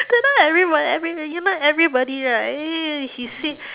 that time everyb~ everybody you know everybody right he say